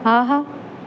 ஆஹா